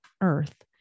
earth